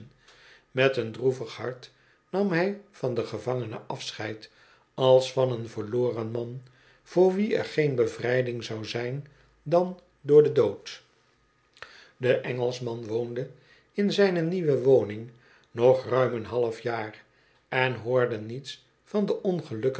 met een droevig hart nam hij van den gevangene afscheid als van een verloren man voor wion er geen bevrijding zou zijn dan door den dood de engelschman woonde in zijne nieuwe woning nog ruim een half jaar en hoorde niets van den